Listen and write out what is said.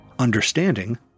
understanding